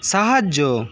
সাহায্য